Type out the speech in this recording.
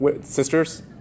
sisters